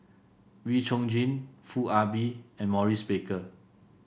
Wee Chong Jin Foo Ah Bee and Maurice Baker